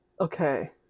Okay